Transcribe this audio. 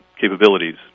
capabilities